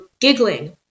giggling